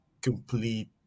complete